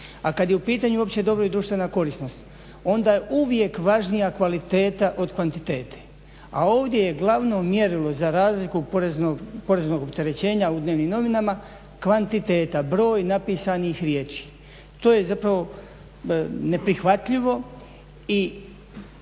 A kad je u pitanju opće dobro i društvena korisnost onda je uvijek važnija kvaliteta od kvantiteta. A ovdje je glavno mjerilo za razliku poreznog opterećenja u dnevnim novinama kvantiteta, broj napisanih riječi. To je zapravo neprihvatljivo i